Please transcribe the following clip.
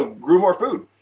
ah grew more food.